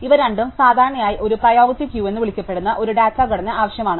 ഇവ രണ്ടും സാധാരണയായി ഒരു പ്രിയോറിറ്റി ക്യൂ എന്ന് വിളിക്കപ്പെടുന്ന ഒരു ഡാറ്റ ഘടന ആവശ്യമാണ്